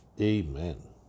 Amen